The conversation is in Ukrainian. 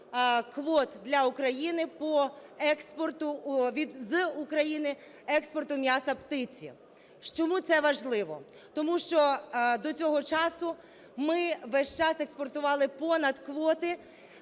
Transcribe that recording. квот для України по експорту, з України експорту м'яса птиці. Чому це важливо? Тому що до цього часу ми весь час експортували понад квоти